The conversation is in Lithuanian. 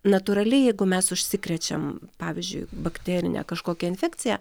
natūraliai jeigu mes užsikrečiam pavyzdžiui bakterine kažkokia infekcija